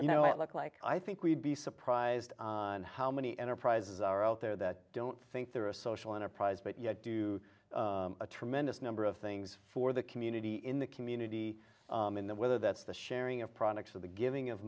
know i look like i think we'd be surprised on how many enterprises are out there that don't think they're a social enterprise but yet do a tremendous number of things for the community in the community in that whether that's the sharing of products of the giving